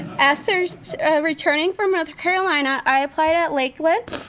after returning from north carolina, i applied at lakeland.